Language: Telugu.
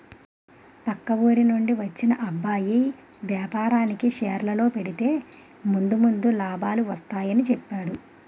పక్క ఊరి నుండి వచ్చిన అబ్బాయి వేపారానికి షేర్లలో పెడితే ముందు ముందు లాభాలు వస్తాయని చెప్పేడు